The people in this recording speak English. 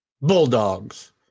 Bulldogs